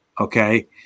okay